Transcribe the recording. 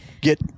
get